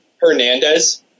Hernandez